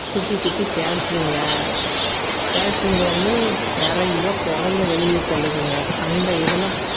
சுற்றி சுற்றி ஃபேக்ட்ரிங்க ஃபேக்ட்ரிங்க வந்து நிறைய புகைய வெளியே தள்ளுதுங்க அந்த இதெல்லாம்